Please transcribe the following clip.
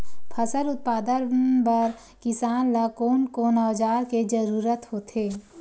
फसल उत्पादन बर किसान ला कोन कोन औजार के जरूरत होथे?